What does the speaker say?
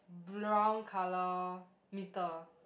brown colour meter